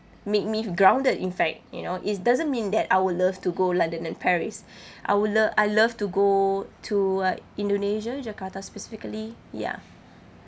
made me grounded in fact you know it doesn't mean that I would love to go london and paris I would lo~ I love to go to uh indonesia jakarta specifically ya